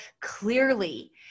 clearly